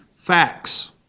facts